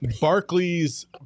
Barclays